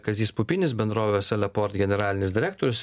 kazys pupinis bendrovės eleport generalinis direktorius